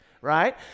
right